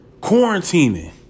Quarantining